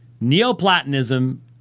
Neoplatonism